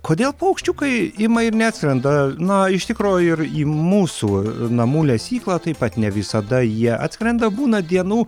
kodėl paukščiukai ima ir neatskrenda na iš tikro ir į mūsų namų lesyklą taip pat ne visada jie atskrenda būna dienų